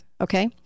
okay